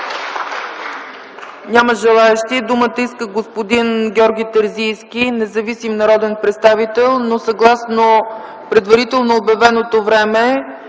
Няма желаещи. Думата иска господин Георги Терзийски, независим народен представител, но съгласно предварително обявеното време